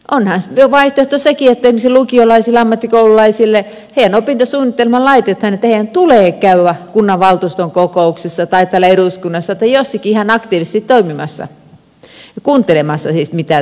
onhan vaihtoehto sekin että esimerkiksi lukiolaisille ammattikoululaisille heidän opintosuunnitelmaansa laitetaan että heidän tulee käydä kunnanvaltuuston kokouksissa tai täällä eduskunnassa tai jossakin ihan aktiivisesti toimimassa ja kuuntelemassa siis mitä tämä toiminta on